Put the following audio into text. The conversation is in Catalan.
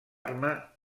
arma